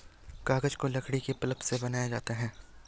कागज को लकड़ी के पल्प से बनाया जाता है